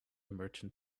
merchant